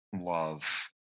love